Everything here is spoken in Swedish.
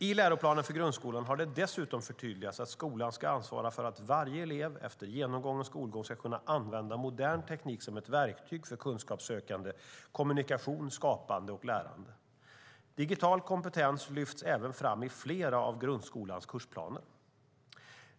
I läroplanen för grundskolan har det dessutom förtydligats att skolan ska ansvara för att varje elev efter genomgången skolgång ska kunna använda modern teknik som ett verktyg för kunskapssökande, kommunikation, skapande och lärande. Digital kompetens lyfts även fram i flera av grundskolans kursplaner.